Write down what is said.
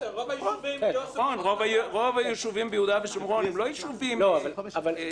רוב הישובים ביהודה ושומרון- - אבל אין